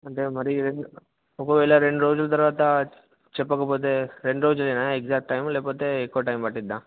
అంటే మరి ఒకవేళ రెండు రోజుల తర్వాత చెప్పకపోతే రెండు రోజులేన ఎగ్జాక్ట్ టైమ్ లేకపోతే ఎక్కువ టైమ్ పడుతుందా